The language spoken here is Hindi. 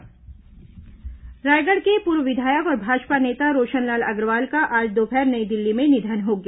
रोशनलाल अग्रवाल निधन रायगढ़ के पूर्व विधायक और भाजपा नेता रोशनलाल अग्रवाल का आज दोपहर नई दिल्ली में निधन हो गया